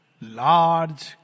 Large